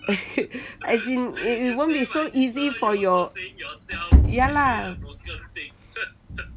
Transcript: as in it it won't be so easy for your ya lah